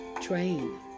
Train